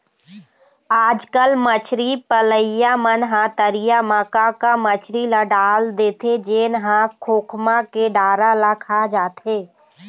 आजकल मछरी पलइया मन ह तरिया म का का मछरी ल डाल देथे जेन ह खोखमा के डारा ल खा जाथे